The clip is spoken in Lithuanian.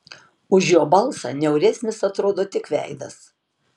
už jo balsą niauresnis atrodo tik veidas